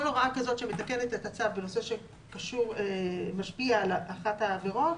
כל הוראה כזאת שמתקנת את הצו בנושא שמשפיע על אחת העבירות,